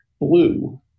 blue